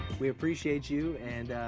we appreciate you, and, ah,